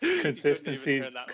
consistency